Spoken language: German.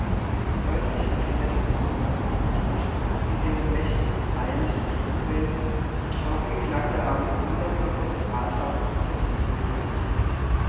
deutlich erkennt er die großen glocken des doms in deren mächtigen feierlichen tonwellen der traurige klang der armesünderglocke des rathauses rettungslos ertrinkt